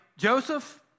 Joseph